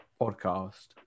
podcast